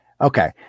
Okay